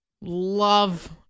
love